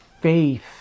faith